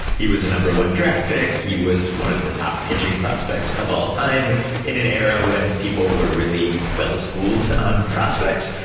he was the number one draft pick. he was one of the top pitching prospects of all time in an era when people were really well schooled on prospects.